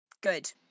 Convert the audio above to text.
Good